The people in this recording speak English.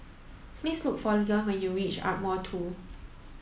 please look for Leon when you reach Ardmore two